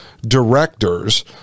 directors